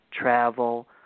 travel